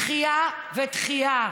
דחייה ודחייה.